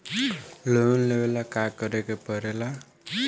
Loan लेबे ला का करे के पड़े ला?